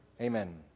Amen